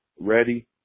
ready